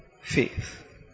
Faith